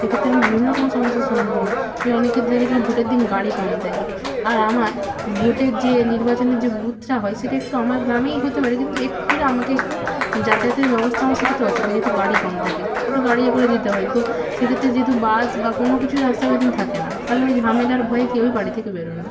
সেক্ষেত্রে আমি বিভিন্ন রকম সমস্যার সম্মুখীন হই যে অনেকের দেখাচ্ছে যে ভোটের দিন গাড়ি কম থাকে আর আমার ভোটের যে নির্বাচনের যে বুথটা হয় সেটা একটু আমার গ্রামেই হতে পারে কিন্তু একটু দূরে আমাকে একটু যাতায়াতের ব্যবস্থা আমার সেক্ষেত্রে অসুবিধা হয় যেহেতু গাড়ি কম থাকে একটু গাড়ি এ করে যেতে হয় তো সেক্ষেত্রে যেহেতু বাস বা কোনও কিছুই রাস্তায় ওই দিন থাকে না কারণ ওই ঝামেলার ভয়ে কেউই বাড়ি থেকে বেরোয় না